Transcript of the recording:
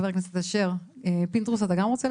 חבר הכנסת אשר, בבקשה.